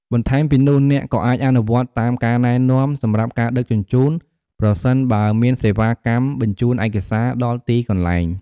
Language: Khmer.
បន្ថែមពីនោះ អ្នកក៏អាចអនុវត្តតាមការណែនាំសម្រាប់ការដឹកជញ្ជូន ប្រសិនបើមានសេវាកម្មបញ្ជូនឯកសារដល់ទីកន្លែង។